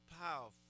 powerful